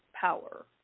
power